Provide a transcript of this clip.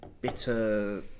bitter